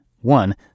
one